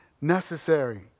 necessary